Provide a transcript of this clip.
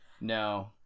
No